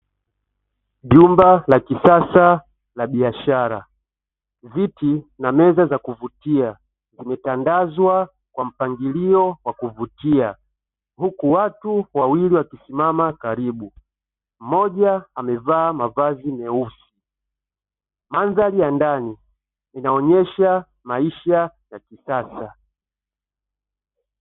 Jumba la kisasa la biashara viti na meza za kuvutia zimetandazwa kwa mpangilio wa kuvutia, huku watu wawili wakisimama karibu mmoja amevaa mavazi meusi. Mandhari ya ndani inaonesha maisha ya kisasa.